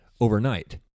overnight